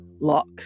lock